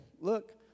look